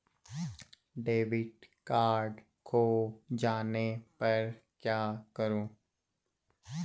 Debit card खो जाने पर क्या करूँ?